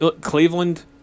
Cleveland